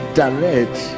direct